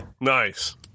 Nice